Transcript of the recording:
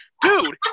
dude